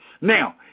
Now